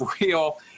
real